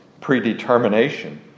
predetermination